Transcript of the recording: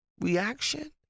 reaction